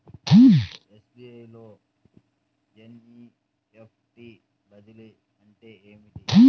SBI లో NEFT బదిలీ అంటే ఏమిటి?